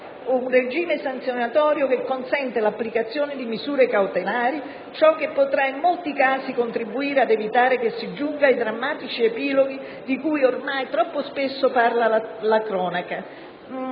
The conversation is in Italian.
un regime sanzionatorio che consente l'applicazione di misure cautelari. Ciò potrà in molti casi contribuire ad evitare che si giunga ai drammatici epiloghi di cui ormai troppo spesso parla la cronaca.